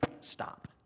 stop